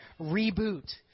reboot